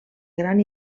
gran